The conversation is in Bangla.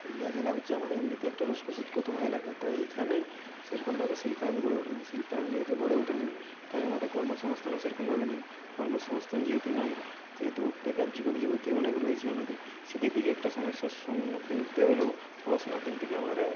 পুরুলিয়া জেলা হচ্ছে আমাদের এমনিতেই একটা রুক্ষ শুষ্কতম এলাকা তাই এখানে সেরকমভাবে শিল্পায়ন গড়ে ওঠেনি শিল্পায়ন যেহেতু গড়ে ওঠেনি তাই আমাদের কর্মসংস্থানও সেরকমভাবে নেই কর্মসংস্থান যেহেতু নাই সেহেতু বেকার যুবক যুবতি অনেক রয়েছে আমাদের সেদিক দিকে একটা সমস্যার সম্মুখীন হতে হলেও পড়াশোনার দিক থেকে আমরা